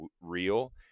real